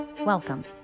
welcome